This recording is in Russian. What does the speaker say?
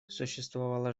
существовала